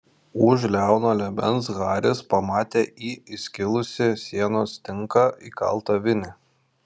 už liauno liemens haris pamatė į įskilusį sienos tinką įkaltą vinį